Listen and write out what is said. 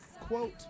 quote